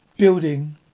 Building